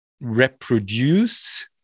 reproduce